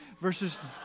versus